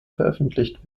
veröffentlicht